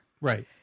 Right